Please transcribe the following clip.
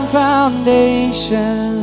foundation